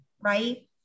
right